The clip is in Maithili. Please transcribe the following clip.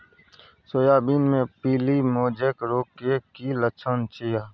सोयाबीन मे पीली मोजेक रोग के की लक्षण छीये?